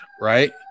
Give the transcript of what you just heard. Right